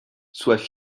soient